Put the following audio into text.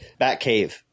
Batcave